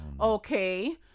Okay